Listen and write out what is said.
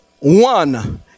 one